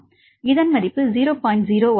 இதன் மதிப்பு 0